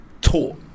taught